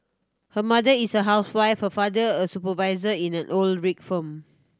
her mother is a housewife her father a supervisor in an oil rig firm